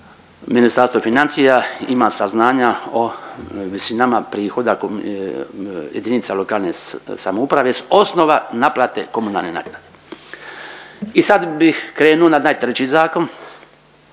Ministarstvo financija ima saznanja o visinama prihoda kod jedinica lokalne samouprave s osnova naplate komunalne naknade. I sad bih krenuo na onaj treći zakon